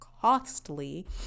costly